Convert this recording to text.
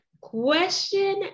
Question